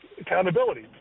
Accountability